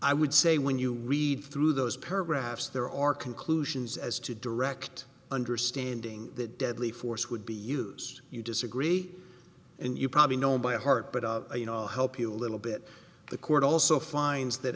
i would say when you read through those paragraphs there are conclusions as to direct understanding that deadly force would be used you disagree and you probably know by heart but you know i'll help you a little bit the court also finds that